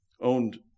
owned